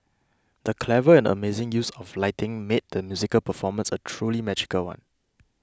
the clever and amazing use of lighting made the musical performance a truly magical one